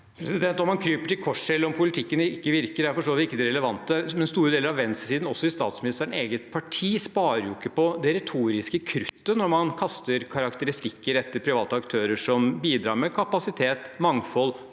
Om man kryper til korset, eller om politikken ikke virker, er for så vidt ikke det relevante. Store deler av venstresiden, også i statsministerens eget parti, sparer ikke på det retoriske kruttet når man kaster karakteristikker etter private aktører som bidrar med kapasitet, mangfold,